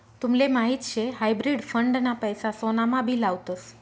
तुमले माहीत शे हायब्रिड फंड ना पैसा सोनामा भी लावतस